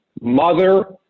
mother